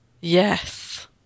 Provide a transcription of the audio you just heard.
yes